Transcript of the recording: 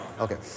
okay